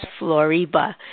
Floriba